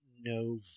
no